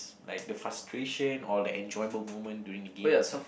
like the frustration or the enjoyable moment during the game itself